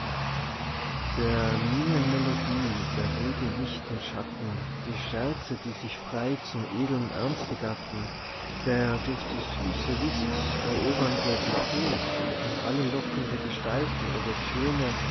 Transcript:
der mienen melodie der rede licht und schatten die scherze die sich frei zum edlen ernste gatten der durch die süße list erobernde betrug und alle lockende gestalten oder töne